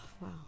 Wow